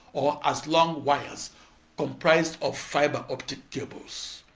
or as long wires comprised of fiber optic cables.